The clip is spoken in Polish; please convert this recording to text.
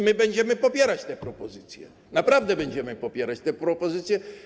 My będziemy popierać te propozycje, naprawdę będziemy popierać te propozycje.